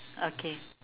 okay